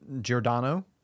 Giordano